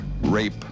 rape